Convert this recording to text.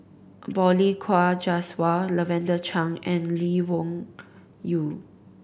Balli Kaur Jaswal Lavender Chang and Lee Wung Yew